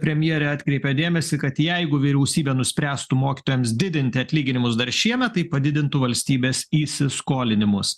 premjerė atkreipė dėmesį kad jeigu vyriausybė nuspręstų mokytojams didinti atlyginimus dar šiemet tai padidintų valstybės įsiskolinimus